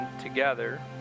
together